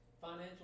Financial